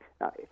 Now